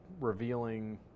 revealing